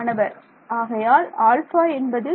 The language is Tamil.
மாணவர் ஆகையால் ஆல்ஃபா என்பது